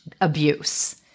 abuse